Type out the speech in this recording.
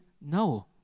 no